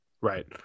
right